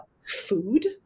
food